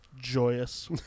joyous